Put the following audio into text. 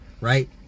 right